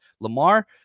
Lamar